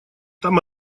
там